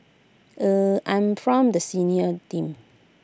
eh I'm from the senior team